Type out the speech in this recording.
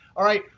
all right,